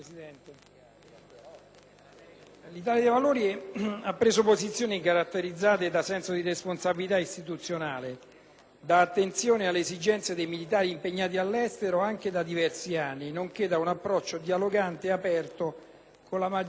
l'Italia dei Valori ha preso posizioni caratterizzate da senso di responsabilità istituzionale, da attenzione alle esigenze dei militari impegnati all'estero, anche da diversi anni, nonché da un approccio dialogante e aperto con la maggioranza di Governo.